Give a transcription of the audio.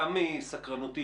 סתם מסקרנות.